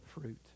fruit